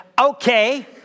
okay